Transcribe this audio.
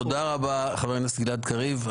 תודה רבה, חבר הכנסת גלעד קריב.